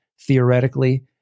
theoretically